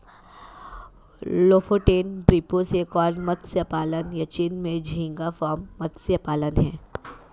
Lofoten द्वीपों से cod मत्स्य पालन, या चीन में झींगा फार्म मत्स्य पालन हैं